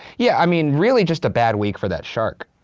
yeah, i mean really just a bad week for that shark.